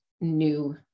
new